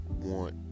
want